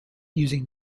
using